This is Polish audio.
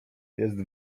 jest